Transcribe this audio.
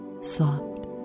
soft